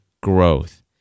growth